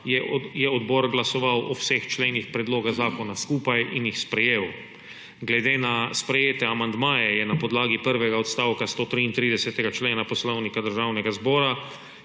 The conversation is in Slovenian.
je odbor glasoval o vseh členih predloga zakona skupaj in jih sprejel. Glede na sprejete amandmaje je na podlagi prvega odstavka 133. člena Poslovnika Državnega zbora